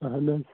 اَہَن حظ